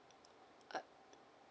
uh